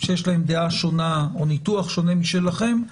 שיש להם דעה שונה או ניתוח שונה שלכם,